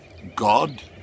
God